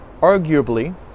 arguably